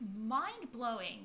mind-blowing